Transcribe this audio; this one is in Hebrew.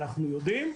אנחנו יודעים זאת,